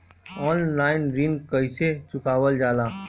Online ऋण कईसे चुकावल जाला?